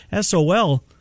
SOL